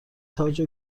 تاج